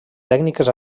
tècniques